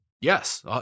Yes